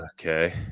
okay